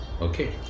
Okay